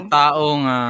taong